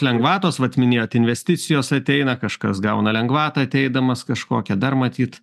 lengvatos vat minėjot investicijos ateina kažkas gauna lengvatą ateidamas kažkokią dar matyt